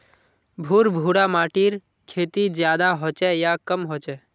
भुर भुरा माटिर खेती ज्यादा होचे या कम होचए?